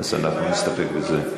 השר, אנחנו נסתפק בזה?